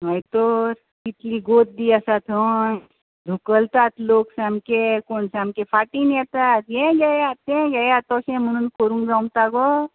हय तर कितली गोर्दी आसा थंय धुकलतात लोक सामके कोण सामके फाटीन येता हे घेयात ते घेयात तोशें म्हणून करूंक जोमता गो